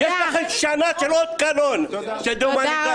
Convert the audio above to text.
יש לכם שנה של אות קלון, של דה-הומניזציה.